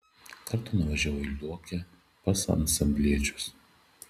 kartą nuvažiavau į luokę pas ansambliečius